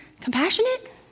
compassionate